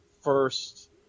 first